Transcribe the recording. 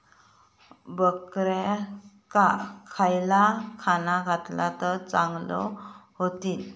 बकऱ्यांका खयला खाणा घातला तर चांगल्यो व्हतील?